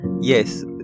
yes